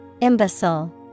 Imbecile